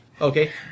Okay